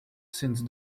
since